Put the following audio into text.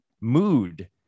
mood